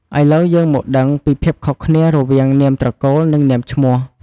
ឥឡូវយើងមកដឹងពីភាពខុសគ្នារវាង នាមត្រកូល និង នាមឈ្មោះ។